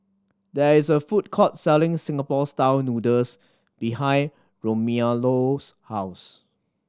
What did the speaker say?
there is a food court selling Singapore Style Noodles behind Romello's house